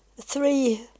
three